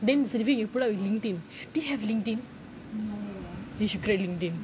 then selvi LinkedIn do you have LinkedIn you should create LinkedIn